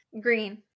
Green